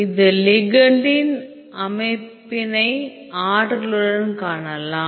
இது லிகெண்டின் அமைப்பினை ஆற்றலுடன் காணலாம்